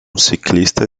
ciclista